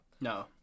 No